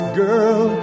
girl